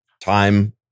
time